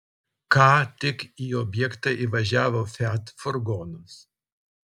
ką tik į objektą įvažiavo fiat furgonas